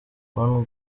von